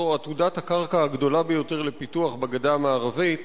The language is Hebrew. זו עתודת הקרקע הגדולה ביותר לפיתוח בגדה המערבית.